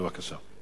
בבקשה.